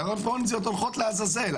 כי הראיות הפורנזיות הולכות לעזאזל,